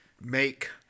make